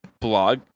Blog